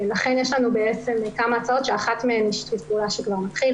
לכן יש לנו בעצם כמה הצעות שאחת מהן היא שיתוף פעולה שכבר מתחיל,